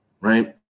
right